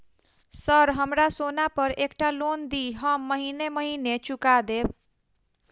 Sir हमरा सोना पर एकटा लोन दिऽ हम महीने महीने चुका देब?